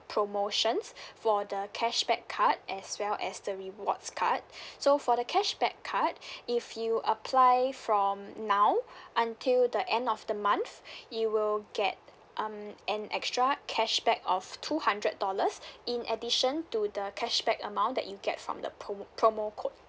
promotions for the cashback card as well as the rewards card so for the cashback card if you apply from now until the end of the month you will get um an extra cashback of two hundred dollars in addition to the cashback amount that you get from the promo promo code